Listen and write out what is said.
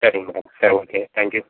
சரிங்க மேடம் சரி okay thank you